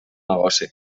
negoci